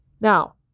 Now